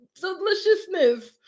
deliciousness